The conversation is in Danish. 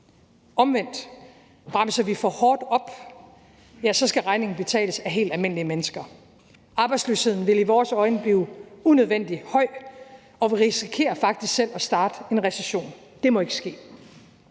omvendt bremser for hårdt op, ja, så skal regningen betales af helt almindelige mennesker. Arbejdsløsheden vil i vores øjne blive unødvendig høj, og vi risikerer faktisk selv at starte en recession. Det må ikke ske.